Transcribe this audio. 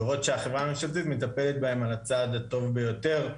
לראות שהחברה הממשלתית מטפלת בהם על הצד הטוב ביותר.